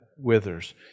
withers